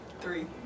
three